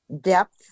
depth